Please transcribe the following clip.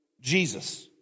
Jesus